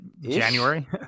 January